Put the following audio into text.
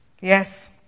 Yes